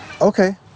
Okay